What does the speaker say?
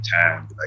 time